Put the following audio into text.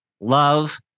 love